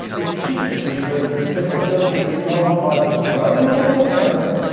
the chicks of these birds spend a relatively long time growing up with their parents,